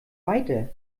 weiter